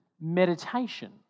meditation